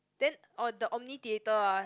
then orh the omnitheatre ah